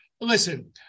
listen